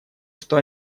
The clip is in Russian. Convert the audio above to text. что